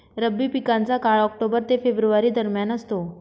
रब्बी पिकांचा काळ ऑक्टोबर ते फेब्रुवारी दरम्यान असतो